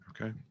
Okay